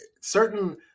certain